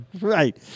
right